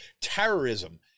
terrorism